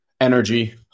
energy